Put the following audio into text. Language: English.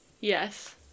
Yes